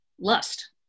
lust